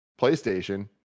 playstation